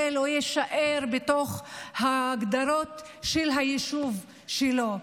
זה לא יישאר בתוך הגדרות של היישוב שלו.